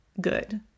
good